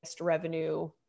revenue